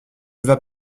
vas